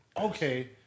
Okay